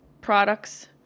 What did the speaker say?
products